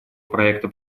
проекта